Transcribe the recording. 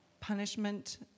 punishment